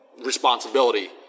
Responsibility